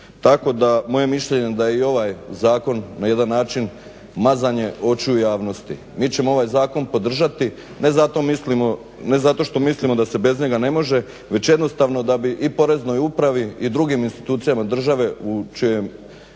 Tako da moje je mišljenje da je i ovaj zakon na jedan način mazanje očiju javnosti. Mi ćemo ovaj zakon podržati, ne zato što mislimo da se bez njega ne može već jednostavno da bi i Poreznoj upravi i drugim institucijama države u čijem